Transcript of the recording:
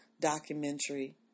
documentary